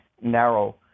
narrow